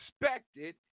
expected